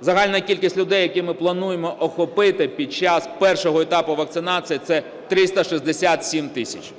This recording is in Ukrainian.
Загальна кількість людей, яких ми плануємо охопити під час першого етапу вакцинації, – це 367 тисяч.